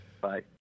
Bye